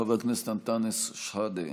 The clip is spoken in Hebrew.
חבר הכנסת אנטאנס שחאדה,